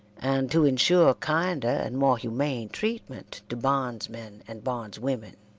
and to insure kinder and more humane treatment to bondsmen and bondswomen.